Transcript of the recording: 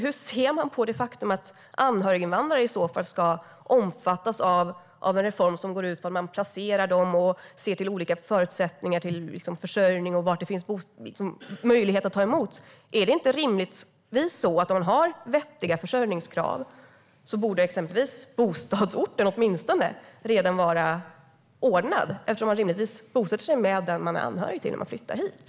Hur ser ni på det faktum att anhöriginvandrare i så fall ska omfattas av en reform som går ut på att man placerar dem och ser till olika förutsättningar för försörjning och var det finns möjlighet att ta emot? Borde inte åtminstone bostadsorten redan vara ordnad om försörjningskraven är uppfyllda, eftersom man rimligtvis bosätter sig med den man är anhörig till när man flyttar hit?